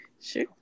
sure